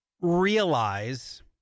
realize